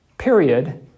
period